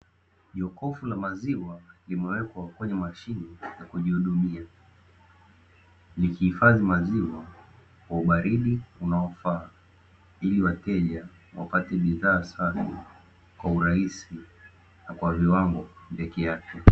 Jokofu la maziwa limewekwa kwenye mashine ya kujihudumia, likihifadhi maziwa kwa ubaridi unaofaa ili wateja wapate bidhaa safi kwa urahisi na kwa viwango vya kiafya.